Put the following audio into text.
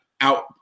out